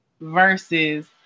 versus